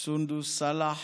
סונדוס סאלח,